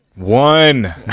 one